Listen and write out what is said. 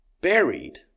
buried